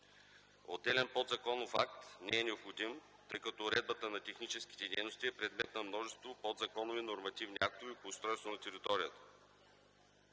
Отделен подзаконов акт не е необходим, тъй като уредбата на техническите дейности е предмет на множество подзаконови нормативни актове по устройство на територията.